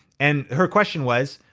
and her question was,